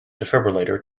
defibrillator